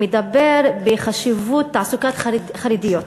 אני שמעתי אותך מדבר על חשיבות תעסוקת חרדיות.